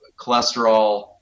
cholesterol